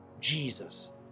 Jesus